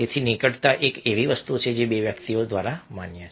તેથી નિકટતા એવી વસ્તુ છે જે બે વ્યક્તિઓ દ્વારા માન્ય છે